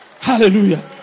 Hallelujah